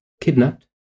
kidnapped